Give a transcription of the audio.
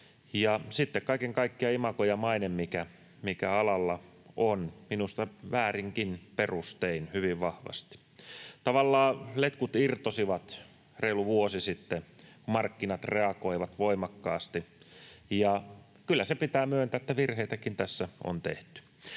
kaiken kaikkiaan imago ja maine, mikä alalla on, hyvin vahvasti, minusta väärinkin perustein. Tavallaan letkut irtosivat reilu vuosi sitten, markkinat reagoivat voimakkaasti. Ja kyllä se pitää myöntää, että virheitäkin tässä on tehty.